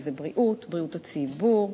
וזה בריאות, בריאות הציבור,